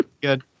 Good